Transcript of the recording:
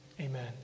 Amen